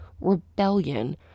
rebellion